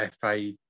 FA